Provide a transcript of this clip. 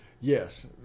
Yes